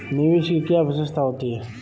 निवेश की क्या विशेषता होती है?